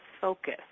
focus